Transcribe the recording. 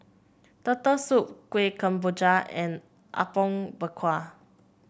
Turtle Soup Kueh Kemboja and Apom Berkuah